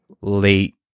late